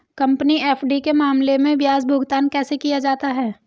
Company FD के मामले में ब्याज भुगतान कैसे किया जाता है?